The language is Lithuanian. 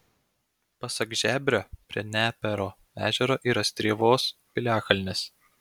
pasak žebrio prie nepėro ežero yra strėvos piliakalnis